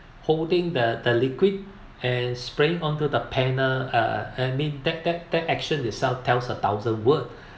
holding the the liquid and spraying onto the panel uh I mean that that action itself tells a thousand word